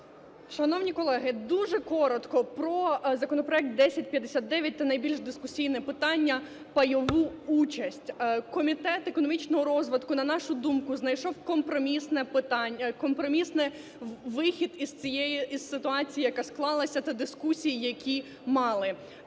Шановні колеги, дуже коротко про законопроект 1059 та найбільш дискусійне питання – пайову участь. Комітет економічного розвитку, на нашу думку, знайшов компромісне… компромісний вихід із цієї… із ситуації, яка склалася, та дискусій, які мали.